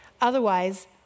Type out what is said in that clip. Otherwise